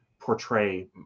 portray